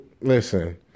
Listen